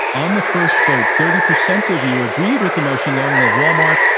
on the first vote, thirty percent of you agreed with the motion, long live walmart,